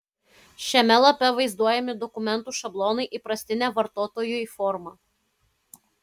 šiame lape vaizduojami dokumentų šablonai įprastine vartotojui forma